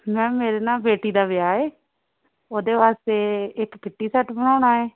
ma'am ਮੇਰੇ ਨਾ ਬੇਟੀ ਦਾ ਵਿਆਹ ਏ ਉਹਦੇ ਵਾਸਤੇ ਇੱਕ ਕਿੱਟੀ ਸੈੱਟ ਬਣਾਉਣਾ ਏ